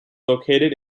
located